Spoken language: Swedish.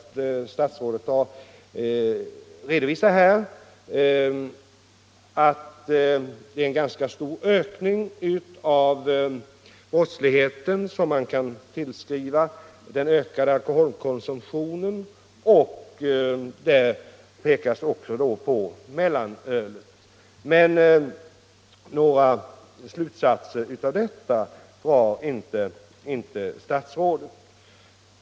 Statsrådet har här redovisat att en ganska stor ökning av brottsligheten kan tillskrivas den ökade alkoholkonsumtionen. I det sammanhanget pekas också på mellanölet. Men statsrådet drar inte några slutsatser av detta.